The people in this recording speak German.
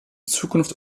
zukunft